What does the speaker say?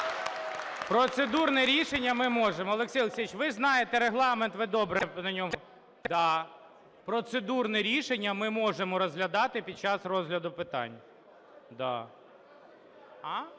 процедурне рішення ми можемо розглядати під час розгляду питань,